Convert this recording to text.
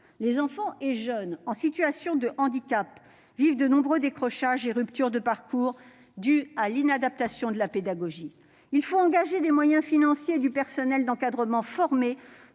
Les enfants et jeunes en situation de handicap connaissent de nombreux décrochages et ruptures de parcours, dus à l'inadaptation de la pédagogie. Des moyens financiers et du personnel d'encadrement formé